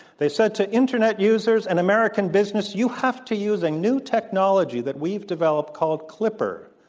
they said to internet users and american business, you have to use a new technology that we've developed, called clipper,